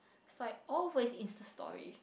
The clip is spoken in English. so I always Insta Story